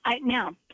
Now